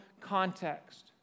context